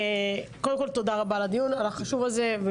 קודם כל תודה רבה על הדיון החשוב הזה,